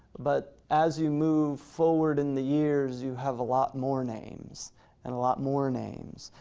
but as you move forward in the years, you have a lot more names and a lot more names,